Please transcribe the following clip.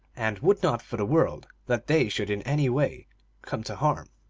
and would not for the world that they should in any way come to harm.